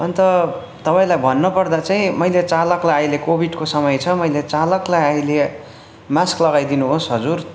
अन्त तपाईँलाई भन्नपर्दा चाहिँ मैले चालकलाई अहिले कोविडको समय छ मैले चालकलाई अहिले मास्क लगाइदिनुहोस् हजुर